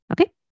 okay